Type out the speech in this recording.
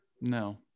No